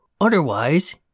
Otherwise